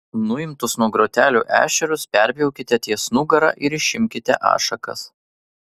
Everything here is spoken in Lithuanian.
nuimtus nuo grotelių ešerius perpjaukite ties nugara ir išimkite ašakas